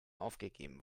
aufgegeben